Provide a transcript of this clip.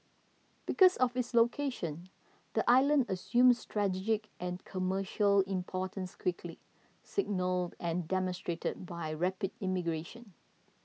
because of its location the island assumed strategic and commercial importance quickly signalled and demonstrated by rapid immigration